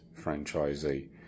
franchisee